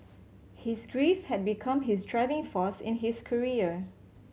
his grief had become his driving force in his career